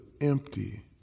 empty